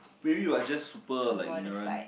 maybe we are just super like ignorant